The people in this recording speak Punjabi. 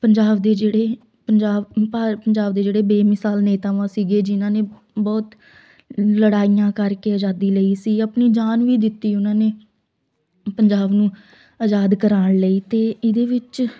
ਪੰਜਾਬ ਦੇ ਜਿਹੜੇ ਪੰਜਾਬ ਭਰ ਪੰਜਾਬ ਦੇ ਜਿਹੜੇ ਬੇਮਿਸਾਲ ਨੇਤਾਵਾਂ ਸੀਗੇ ਜਿਹਨਾਂ ਨੇ ਬਹੁਤ ਲੜਾਈਆਂ ਕਰਕੇ ਅਜ਼ਾਦੀ ਲਈ ਸੀ ਆਪਣੀ ਜਾਨ ਵੀ ਦਿੱਤੀ ਉਹਨਾਂ ਨੇ ਪੰਜਾਬ ਨੂੰ ਅਜ਼ਾਦ ਕਰਾਉਣ ਲਈ ਅਤੇ ਇਹਦੇ ਵਿੱਚ